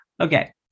Okay